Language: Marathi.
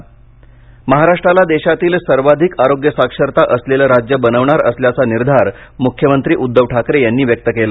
म्ख्यमंत्री महाराष्ट्राला देशातील सर्वाधिक आरोग्य साक्षरता असलेले राज्य बनविणार असल्याचा निर्धार मुख्यमंत्री उद्धव ठाकरे यांनी व्यक्त केला